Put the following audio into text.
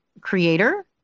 creator